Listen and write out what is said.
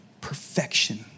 Perfection